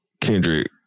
Kendrick